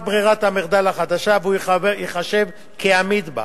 ברירת המחדל החדשה והוא ייחשב עמית בה.